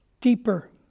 deeper